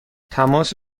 تماس